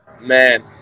Man